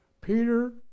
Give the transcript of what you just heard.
Peter